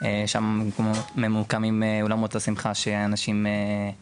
שם ממוקמים אולמות השמחה שאנשים באים אליהם.